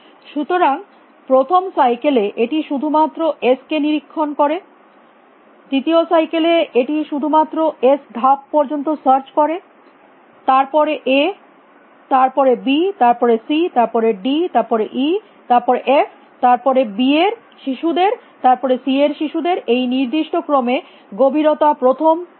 সুতরাং প্রথম সাইকেলে এটি শুধুমাত্র s কে নিরীক্ষণ করে দ্বিতীয় সাইকেলে এটি শুধুমাত্র এস ধাপ পর্যন্ত সার্চ করে তার পরে এ তার পরে বি তার পরে সি তার পরে ডি তার পর ই তার পর এফ তার পরে বি এর শিশুদের তার পরে সি এর শিশুদের এই নির্দিষ্ট ক্রমে গভীরতা প্রথম ক্রম